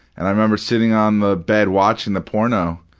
and i remember sitting on the bed, watching the porno,